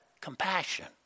compassion